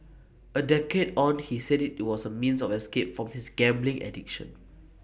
A decade on he said IT was A means of escape from his gambling addiction